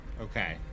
Okay